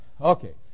okay